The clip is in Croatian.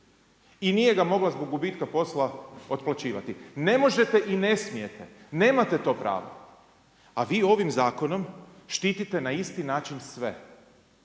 i nije ga mogla zbog gubitka posla otplaćivati. Ne možete i ne smijete, nemate to pravo. A vi ovim zakonom, štitite na isti način sve.